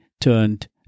turned